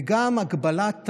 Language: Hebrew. וגם הגבלת